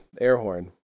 Airhorn